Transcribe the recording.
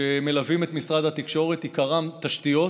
שמלווים את משרד התקשורת, עיקרם תשתיות,